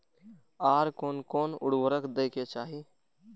आर कोन कोन उर्वरक दै के चाही?